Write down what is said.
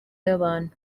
abantu